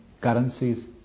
currencies